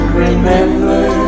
remember